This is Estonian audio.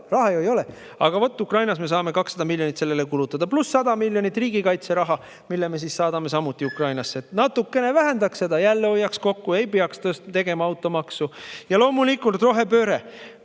Raha ju ei ole! Aga vot, Ukrainas me saame 200 miljonit sellele kulutada, pluss 100 miljonit riigikaitseraha, mille me saadame samuti Ukrainasse. Kui natukene vähendaks seda, hoiaks jälle kokku, ei peaks tegema automaksu. Ja loomulikult, rohepööre